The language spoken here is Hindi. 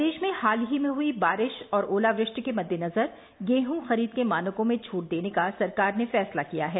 प्रदेश में हाल ही में हुई बारिश और ओलावृष्टि के मद्देनजर गेहूं खरीद के मानकों में छूट देने का सरकार ने फैसला किया है